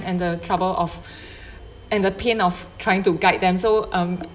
and the trouble of and the pain of trying to guide them so um